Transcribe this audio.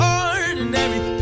ordinary